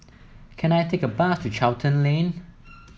can I take a bus to Charlton Lane